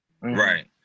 Right